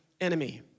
enemy